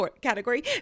category